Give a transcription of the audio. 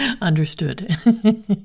Understood